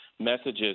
messages